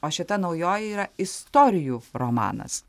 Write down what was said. o šita naujoji yra istorijų romanas